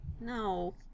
No